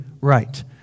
right